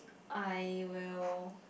I will